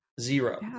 Zero